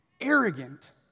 arrogant